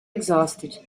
exhausted